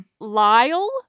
Lyle